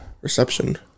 reception